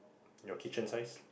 your kitchen size